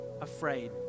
afraid